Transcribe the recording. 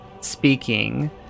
speaking